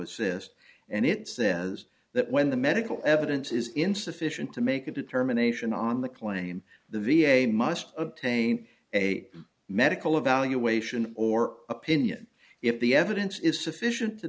assist and it says that when the medical evidence is insufficient to make a determination on the claim the v a must obtain a medical evaluation or opinion if the evidence is sufficient to